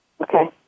Okay